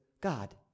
God